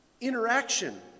interaction